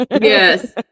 Yes